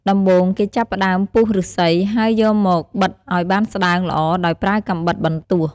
ដំបូង គេចាប់ផ្តើម ពុះឫស្សី ហើយយកមក បិតឲ្យបានស្តើងល្អដោយប្រើកាំបិតបន្ទោះ។